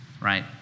right